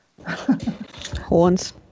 Horns